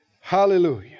Hallelujah